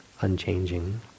unchanging